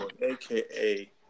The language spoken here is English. aka